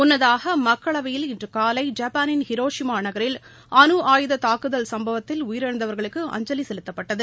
முன்னதாக மக்களவையில் இன்று காலை ஜப்பானின் ஹிரோஷிமா நகரில் அணுஆயுத தாக்குதல் சம்பவத்தில் உயிரிழந்தவர்களுக்கு அஞ்சலி செலுத்தப்பட்டது